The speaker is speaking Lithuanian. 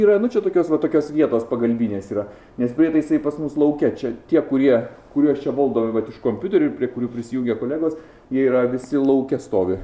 yra nu čia tokios va tokios vietos pagalbinės yra nes prietaisai pas mus lauke čia tie kurie kuriuos čia valdo vat iš kompiuterių prie kurių prisijungia kolegos jie yra visi lauke stovi